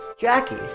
Jackie